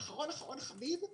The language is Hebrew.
ואחרון אחרון חביב,